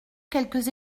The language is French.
quelques